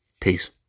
Peace